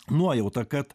nuojauta kad